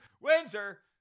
Windsor